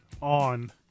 On